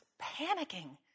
panicking